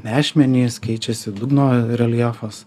nešmenys keičiasi dugno reljefas